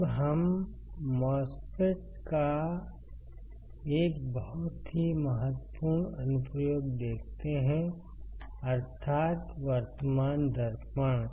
अब हम MOSFET का एक बहुत ही महत्वपूर्ण अनुप्रयोग देखते हैं अर्थात वर्तमान दर्पण